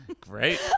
Great